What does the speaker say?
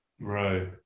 right